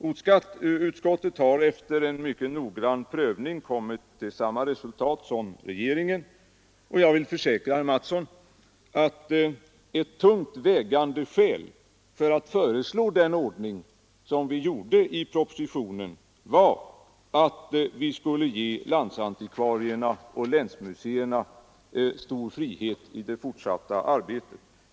Kulturutskottet har efter en mycket noggrann prövning kommit till samma resultat som regeringen, och jag vill försäkra herr Mattsson i Lane-Herrestad att ett tungt vägande skäl för den ordning som vi föreslog i propositionen var att vi skulle ge landsantikvarierna och länsmuseerna stor frihet i det fortsatta arbetet.